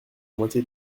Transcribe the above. moitié